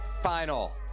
final